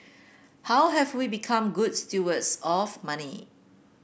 how have we become good stewards of money